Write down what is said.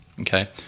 okay